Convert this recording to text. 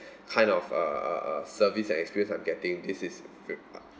kind of uh uh uh service and experience I'm getting this is rip~